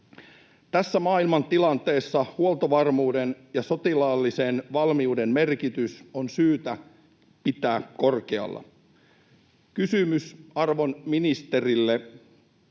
Tässä maailmantilanteessa huoltovarmuuden ja sotilaallisen valmiuden merkitys on syytä pitää korkealla. Kysymys arvon ministerille: